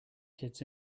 kids